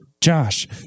Josh